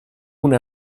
una